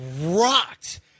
rocked